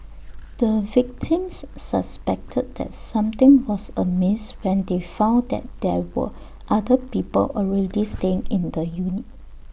the victims suspected that something was amiss when they found that there were other people already staying in the unit